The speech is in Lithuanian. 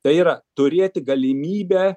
tai yra turėti galimybę